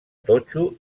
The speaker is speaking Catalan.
totxo